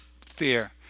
fear